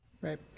Right